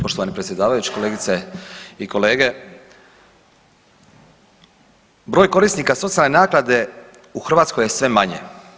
Poštovani predsjedavajući, kolegice i kolege broj korisnika socijalne naknade u Hrvatskoj je sve manje.